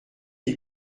n’y